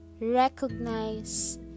recognize